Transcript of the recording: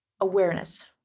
awareness